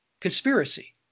conspiracy